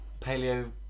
paleo